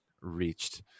reached